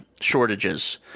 shortages